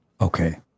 Okay